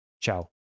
ciao